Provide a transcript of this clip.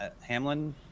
Hamlin